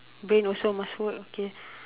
brain also must work okay